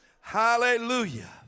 Hallelujah